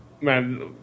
man